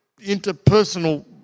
Interpersonal